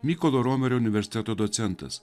mykolo romerio universiteto docentas